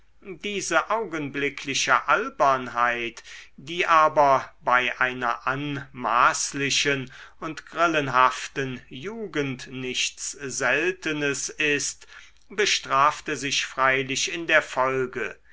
diese augenblickliche albernheit die aber bei einer anmaßlichen und grillenhaften jugend nichts seltenes ist bestrafte sich freilich in der folge